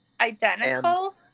identical